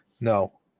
No